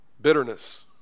Bitterness